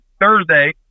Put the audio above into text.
Thursday